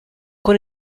con